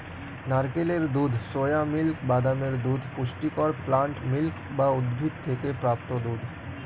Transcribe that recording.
নারকেলের দুধ, soya milk, বাদামের দুধ পুষ্টিকর প্লান্ট মিল্ক বা উদ্ভিদ থেকে প্রাপ্ত দুধ